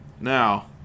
Now